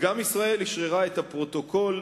וגם ישראל אשררה את הפרוטוקול,